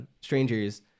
Strangers